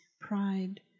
pride